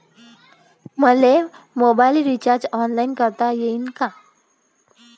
मले mobile recharge online करता येईन का?